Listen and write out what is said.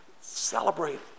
celebrate